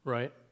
Right